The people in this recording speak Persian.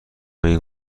این